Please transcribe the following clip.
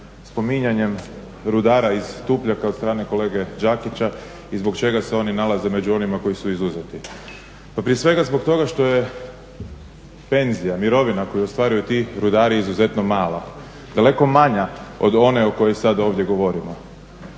spominjanjem rudara iz Tupljaka od strane kolega Đakića i zbog čega se oni nalaze među onima koji su izuzeti. Pa prije svega zbog toga što je penzija, mirovina koju ostvaruju ti rudari izuzetno mala, daleko manja od one o kojoj sada ovdje govorimo.